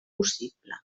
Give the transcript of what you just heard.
possible